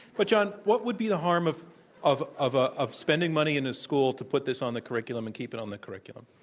but john, what would be the harm of of of ah spending money in a school to put this on the curriculum and keep it on the curriculum?